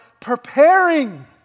preparing